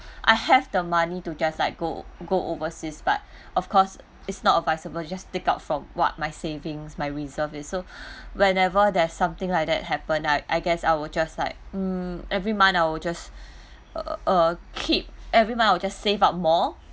I have the money to just like go go overseas but of cause it's not advisable just take out from what my savings my reserve is so whenever there's something like that happen I I guess I will just like mm every month I will just uh keep every month I will just save up more